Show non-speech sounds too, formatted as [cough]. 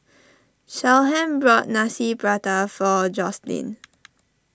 Shyheim bought Nasi Pattaya for Jocelynn [noise]